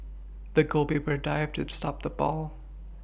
the goal paper dived to stop the ball